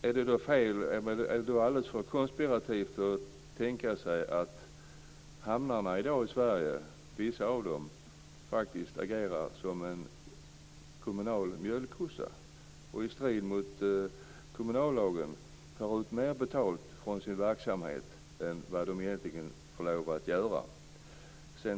Är det då alldeles för konspirativt att tänka sig att vissa av hamnarna i Sverige i dag faktiskt agerar som kommunala mjölkkossor och i strid med kommunallagen tar mer betalt för sin verksamhet än vad de egentligen får lov att göra?